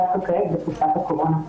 דווקא כעת בתקופת הקורונה.